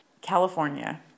California